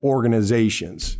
organizations